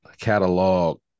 catalog